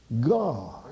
God